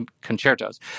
concertos